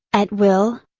at will,